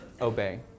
obey